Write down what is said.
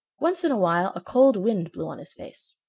once in a while a cold wind blew on his face.